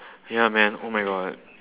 ya man oh my god